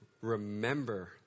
remember